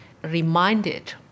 reminded